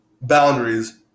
boundaries